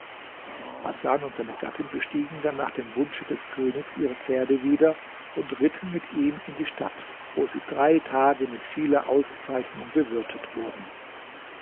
hasan und seine gattin bestiegen dann nach dem wunsche des königs ihre pferde wieder und ritten mit ihm in die stadt wo sie drei tage mit vieler auszeichnung bewirtet wurden